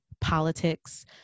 politics